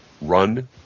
run